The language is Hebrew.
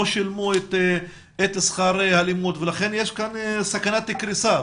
לא שילמו את שכר הלימוד ולכן יש כאן סכנת קריסה.